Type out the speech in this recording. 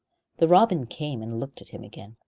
the robin came and looked at him again,